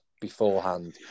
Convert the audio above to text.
beforehand